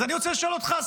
אז אני רוצה לשאול אותך,